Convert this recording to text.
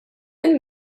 minn